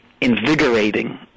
invigorating